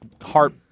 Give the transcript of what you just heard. heart